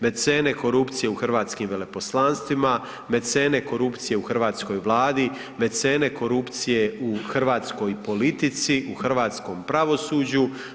Mecene korupcije u hrvatskim veleposlanstvima, mecene korupcije u hrvatskoj Vladi, mecene korupcije u hrvatskoj politici, u hrvatskom pravosuđu.